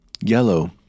yellow